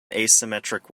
asymmetric